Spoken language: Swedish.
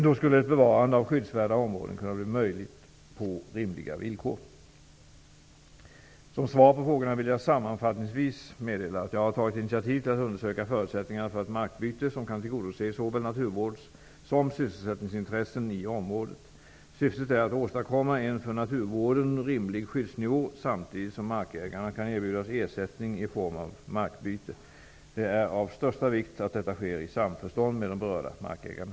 Då skulle ett bevarande av skyddsvärda områden kunna bli möjligt på rimliga villkor. Som svar på frågorna vill jag sammanfattningsvis meddela att jag har tagit initiativ till att undersöka förutsättningarna för ett markbyte som kan tillgodose såväl naturvårds som sysselsättningsintressen i området. Syftet är att åstadkomma en för naturvården rimlig skyddsnivå samtidigt som markägarna kan erbjudas ersättning i form av markbyte. Det är av största vikt att detta sker i samförstånd med de berörda markägarna.